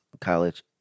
college